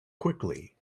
quickly